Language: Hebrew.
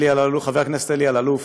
חבר הכנסת אלי אלאלוף: